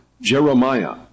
Jeremiah